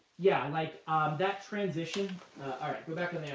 yeah, like that transition ah